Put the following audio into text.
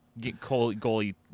goalie